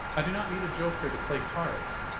i do not need a joker to play cards.